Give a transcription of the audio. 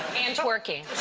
and twerking.